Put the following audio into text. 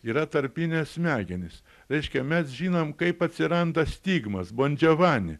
yra tarpinės smegenys reiškia mes žinom kaip atsiranda stigmos bon džiovani